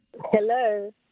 Hello